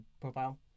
profile